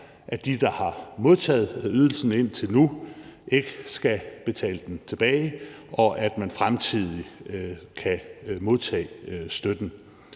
at dem, der har modtaget ydelsen indtil nu, ikke skal betale den tilbage, og at man fremtidig kan modtage støtten.